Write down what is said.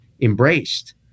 embraced